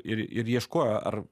ir ir ieškojo ar